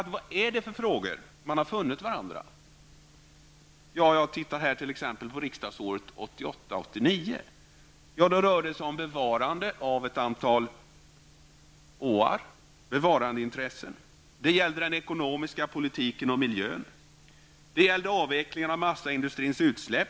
I vilka frågor har de då funnit varandra? Ja, när det gäller riksdagsåret 1988/89 rör det sig om bevarandet av ett antal åar. Det handlar alltså om bevarandeintressen. Vidare gäller det den ekonomiska politiken och miljön. Det gäller avvecklingen beträffande massaindustrins utsläpp.